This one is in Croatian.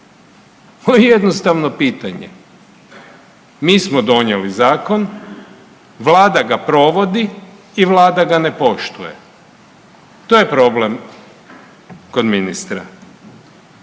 je jednostavno pitanje. Mi smo donijeli zakon, vlada ga provodi i vlada ga ne poštuje. To je problem kod ministra.